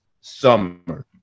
summer